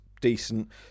decent